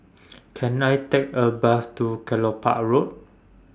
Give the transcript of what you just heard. Can I Take A Bus to Kelopak Road